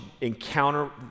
encounter